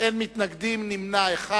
אין מתנגדים, ויש נמנע אחד.